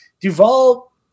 Duvall